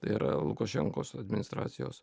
tai yra lukašenkos administracijos